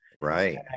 Right